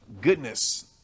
goodness